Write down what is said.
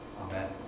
Amen